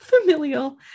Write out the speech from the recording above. familial